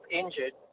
injured